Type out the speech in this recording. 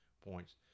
points